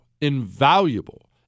invaluable